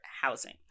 housing